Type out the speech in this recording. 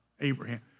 Abraham